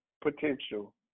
potential